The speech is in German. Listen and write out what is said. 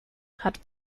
hat